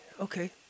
okay